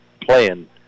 playing